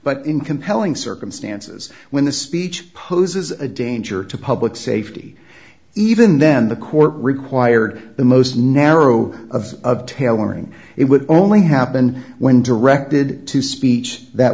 but in compelling circumstances when the speech poses a danger to public safety even then the court required the most narrow of of tailoring it would only happen when directed to speech that